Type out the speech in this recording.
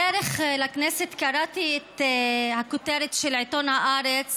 בדרך לכנסת קראתי את הכותרת של עיתון הארץ